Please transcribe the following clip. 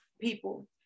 people